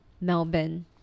melbourne